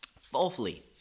Fourthly